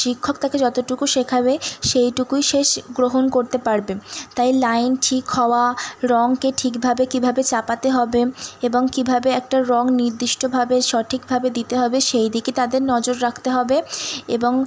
শিক্ষক তাকে যতটুকু শেখাবে সেইটুকুই সে গ্রহণ করতে পারবে তাই লাইন ঠিক হওয়া রঙকে ঠিকভাবে কীভাবে চাপাতে হবে এবং কীভাবে একটা রঙ নির্দিষ্টভাবে সঠিকভাবে দিতে হবে সেই দিকে তাদের নজর রাখতে হবে এবং